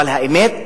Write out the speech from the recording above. אבל האמת,